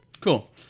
cool